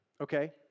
Okay